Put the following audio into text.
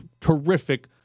terrific